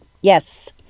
Yes